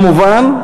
כמובן,